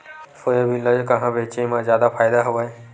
Soybean ल कहां बेचे म जादा फ़ायदा हवय?